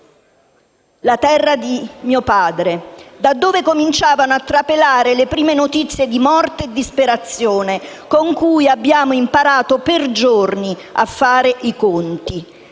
la terra di mio padre - da dove cominciavano a trapelare le prime notizie di morte e disperazione, con cui abbiamo imparato, per giorni, a fare i conti.